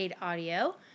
Audio